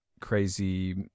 crazy